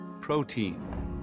protein